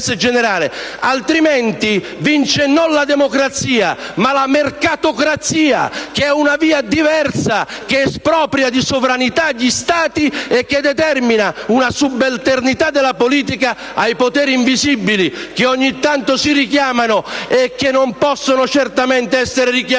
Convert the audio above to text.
contrario, vince non la democrazia ma la mercatocrazia, che è una via diversa. Essa espropria di sovranità gli Stati e determina una subalternità della politica ai poteri invisibili che ogni tanto si richiamano e non possono certamente essere richiamati